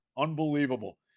Unbelievable